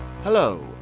Hello